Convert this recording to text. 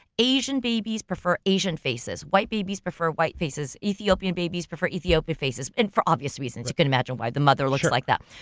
asian babies prefer asian faces, white babies prefer white faces, ethiopian babies prefer ethiopian faces, and for obviously reasons. you can imagine why, the mother looks like them.